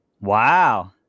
Wow